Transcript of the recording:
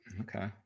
Okay